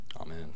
Amen